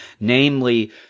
namely